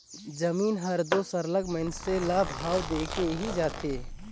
जमीन हर दो सरलग मइनसे ल भाव देके ही जाथे